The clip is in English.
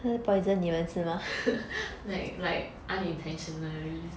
like like unintentionally